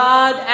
God